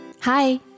Hi